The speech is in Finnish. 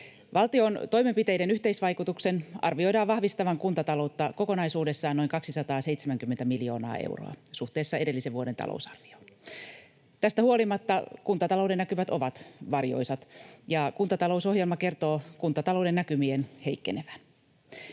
Valtion toimenpiteiden yhteisvaikutuksen arvioidaan vahvistavan kuntataloutta kokonaisuudessaan noin 270 miljoonaa euroa suhteessa edellisen vuoden talousarvioon. Tästä huolimatta kuntatalouden näkymät ovat varjoisat, ja kuntatalousohjelma kertoo kuntatalouden näkymien heikkenevän.